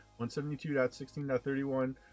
172.16.31